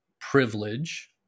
privilege